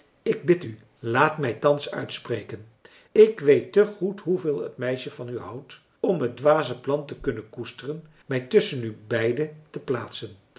ik bid u laat mij thans uitspreken ik weet te goed hoeveel het meisje van u houdt om het dwaze plan te kunnen koesteren mij tusschen u beiden te plaatsen